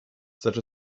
such